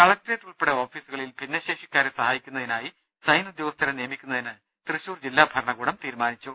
collectorate ഉൾപ്പെടെ ഓഫീസുകളിൽ ഭിന്നശേഷിക്കാരെ സഹായിക്കുന്ന തിനായി സൈൻ ഉദ്യോഗസ്ഥരെ നിയമിക്കുന്നതിന് തൃശൂർ ജില്ലാ ഭരണകൂടം തീരുമാനിച്ചു